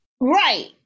Right